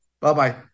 Bye-bye